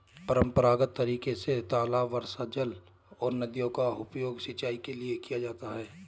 परम्परागत तरीके से तालाब, वर्षाजल और नदियों का उपयोग सिंचाई के लिए किया जाता है